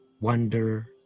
wonder